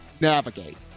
navigate